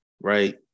right